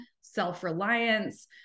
self-reliance